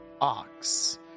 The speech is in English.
Ox